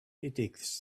ethics